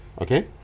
Okay